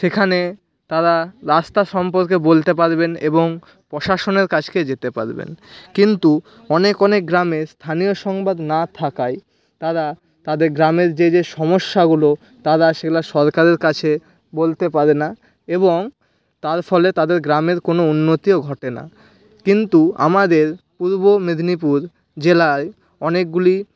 সেখানে তারা রাস্তা সম্পর্কে বলতে পারবেন এবং প্রশাসনের কাছে যেতে পারবেন কিন্তু অনেক অনেক গ্রামে স্থানীয় সংবাদ না থাকায় তারা তাদের গ্রামের যে যে সমস্যাগুলো তারা সেগুলা সরকারের কাছে বলতে পারে না এবং তার ফলে তাদের গ্রামের কোনো উন্নতিও ঘটে না কিন্তু আমাদের পূর্ব মেদিনীপুর জেলায় অনেকগুলি